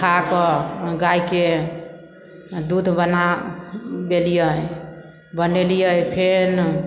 खा कऽ गायके दूध बना देलियै बनेलियै फेन